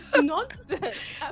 nonsense